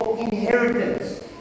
Inheritance